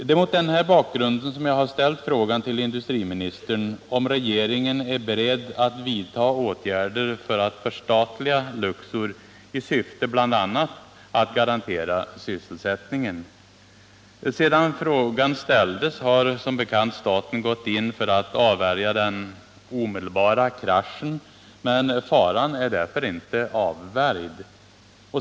Med hänvisning härtill har jag ställt frågan till industriministern om regeringen är beredd att vidta åtgärder för att förstatliga Luxor i syfte att bl.a. garantera sysselsättningen. Sedan frågan ställdes har staten gått in för att avvärja den omedelbara kraschen, men faran är därför inte avvärjd.